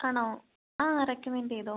ആണോ ആ റെക്കമെൻ്റ് ചെയ്തോ